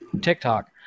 TikTok